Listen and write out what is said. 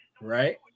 right